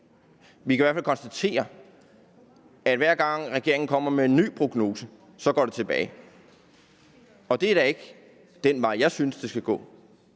vi i hvert fald konstatere, at hver gang regeringen kommer med en ny prognose, går det tilbage. Og det er da ikke den vej, jeg synes det skal gå.